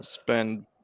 spend